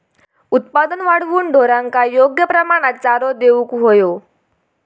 उत्पादन वाढवूक ढोरांका योग्य प्रमाणात चारो देऊक व्हयो